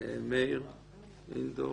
שמי מאיר אינדו,